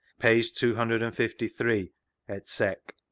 p. two hundred and fifty three et seq.